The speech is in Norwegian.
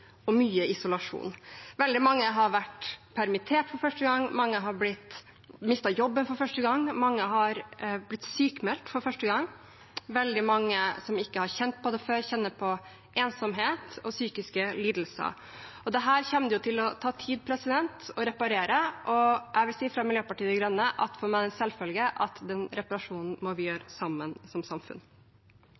og mye isolasjon. Veldig mange har vært permittert for første gang. Mange har mistet jobben for første gang. Mange har blitt sykmeldt for første gang. Veldig mange som ikke har kjent på det før, kjenner på ensomhet og psykiske lidelser. Dette kommer det til å ta tid å reparere. Og jeg vil, fra Miljøpartiet De Grønnes side, si at for meg er det en selvfølge at den reparasjonen må vi gjøre sammen som samfunn.